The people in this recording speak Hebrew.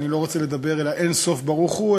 ואני לא רוצה לדבר אל האין-סוף ברוך הוא,